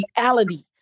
reality